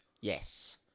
Yes